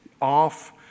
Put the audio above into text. off